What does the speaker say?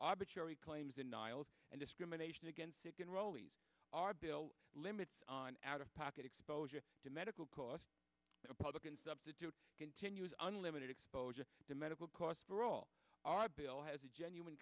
arbitrary claims in niles and discrimination against sick in rowley's our bill limits on out of pocket exposure to medical cost of public and substitute continues unlimited exposure to medical costs for all our bill has a genuine